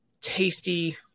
tasty